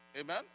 Amen